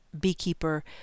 beekeeper